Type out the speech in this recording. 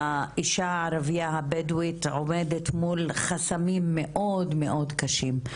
האישה הערבייה הבדואית עומדת מול חסמים מאוד מאוד קשים.